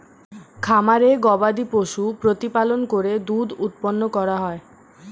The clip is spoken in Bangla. খামারে গবাদিপশু প্রতিপালন করে দুধ উৎপন্ন করা হয়